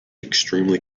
extremely